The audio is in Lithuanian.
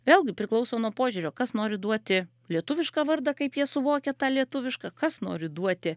vėlgi priklauso nuo požiūrio kas nori duoti lietuvišką vardą kaip jie suvokia tą lietuvišką kas nori duoti